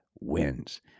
wins